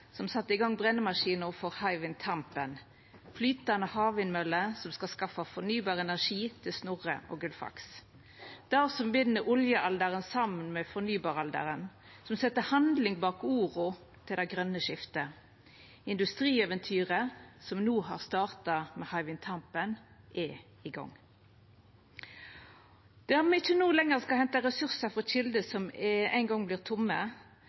som sette i gong brennemaskina for Hywind Tampen – flytande havvindmøller som skal skaffa fornybar energi til Snorre og Gullfaks, det som bind oljealderen saman med fornybaralderen, som set handling bak orda om det grøne skiftet. Industrieventyret som no har starta med Hywind Tampen, er i gong. Me skal no ikkje lenger henta ressursar frå kjelder som ein gong vert tomme.